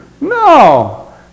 No